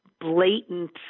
blatant